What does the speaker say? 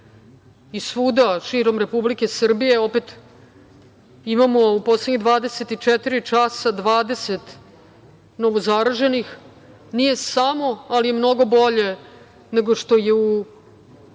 i svuda širom Republike Srbije, opet imamo u poslednjih 24 časa 20 novozaraženih, nije samo ali je mnogo bolje nego što je u